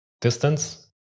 Distance